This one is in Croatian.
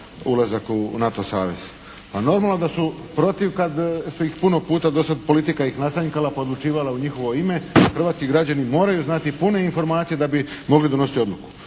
ulazak u NATO savez. Pa normalno da su protiv kad ih je puno puta do sada politika nasanjkala pa odlučivala u njihovo ime. Hrvatski građani moraju znati pune informacije da bi mogli donositi odluku.